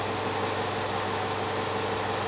गायीला खुराचा रोग का होतो?